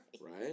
Right